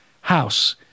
house